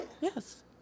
Yes